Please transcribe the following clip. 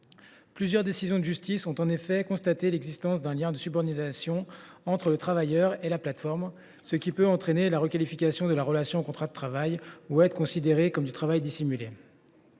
Plusieurs décisions de justice ont en effet constaté l’existence d’un lien de subordination entre le travailleur et la plateforme, ce qui peut entraîner la requalification de la relation en contrat de travail ou aboutir à une condamnation pour travail dissimulé.